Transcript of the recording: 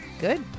good